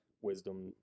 wisdom